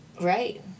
Right